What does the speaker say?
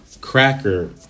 Cracker